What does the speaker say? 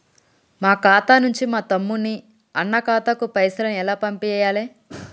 మా ఖాతా నుంచి మా తమ్ముని, అన్న ఖాతాకు పైసలను ఎలా పంపియ్యాలి?